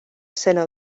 sena